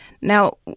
Now